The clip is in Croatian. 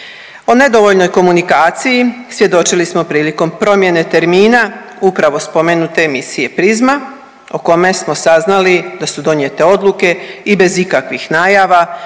O nedovoljnoj komunikaciji svjedočili smo prilikom promjene termina upravo spomenute emisije „Prizma“ o kome smo saznali da su donijete odluke i bez ikakvih najava